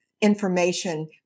information